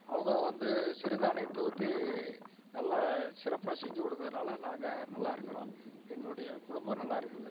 அவங்க வந்து சிறு தானியத்தை ஒத்தி நல்லா சிறப்பாக செஞ்சுக் கொடுக்கறனால நாங்கள் நல்லா இருக்கிறோம் எங்களுடைய குடும்பம் நல்லா இருக்குது